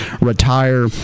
retire